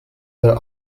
their